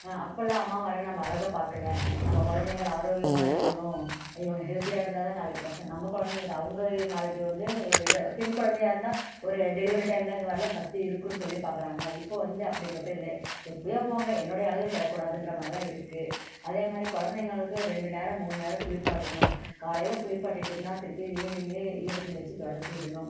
அப்பெலாம் அம்மாமார்ங்க நம்ம அழகை பார்க்குல நம்ம குழந்தைகள் ஆரோக்கியமாக இருக்கணும் இவங்க ஹெல்தியாக இருந்தால்தான் நாளைக்கு பசங்கள் நம்ம குழந்தைங்களுக்கு அவங்க நாளைக்கு வந்து ஒரு இது பெண் குழந்தையாருந்தா ஒரு டெலிவரி டைம்மில் இது மாதிரிலாம் சத்து இருக்கும்ன்னு சொல்லி பார்க்குறாங்க இப்போது வந்து அப்படிபட்டு இல்லை எப்படியே போங்க என்னுடைய அழகு கெடக்கூடாதுகிற மாதிரிதான் இருக்குது அதே மாதிரி குழந்தைங்களுக்கு ரெண்டு நேரம் மூணு நேரம் குளிப்பாட்டணும் காலையில் குளிப்பாட்டிடோம்னால் திருப்பி ஈவ்னிங்க்கு ஈரத்துணி வச்சு துடச்சி விடணும்